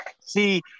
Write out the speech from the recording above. see